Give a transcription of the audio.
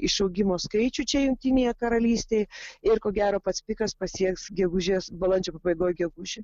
išaugimo skaičių čia jungtinėje karalystėj ir ko gero pats pikas pasieks gegužės balandžio pabaigoje gegužį